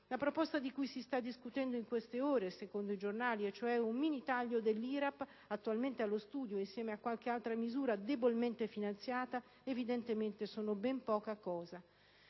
La proposta di cui si sta discutendo in queste ore, secondo i giornali, e cioè un minitaglio dell'IRAP, attualmente allo studio insieme a qualche altra misura debolmente finanziata, evidentemente sono ben poca cosa,